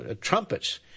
trumpets